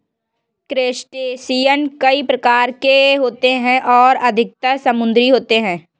crustacean कई प्रकार के होते हैं और अधिकतर समुद्री होते हैं